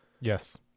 Yes